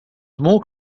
more